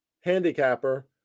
handicapper